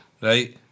right